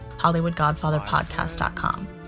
hollywoodgodfatherpodcast.com